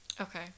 Okay